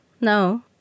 no